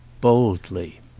boldly.